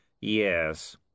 Yes